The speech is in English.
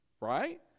right